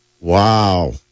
Wow